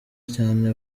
cyane